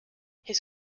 his